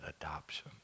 adoption